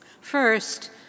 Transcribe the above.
First